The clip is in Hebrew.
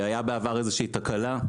היה בעבר איזושהי תקלה,